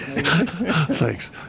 Thanks